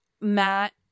Matt